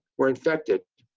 were infected.